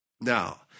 Now